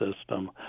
system